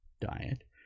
diet